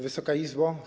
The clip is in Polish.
Wysoka Izbo!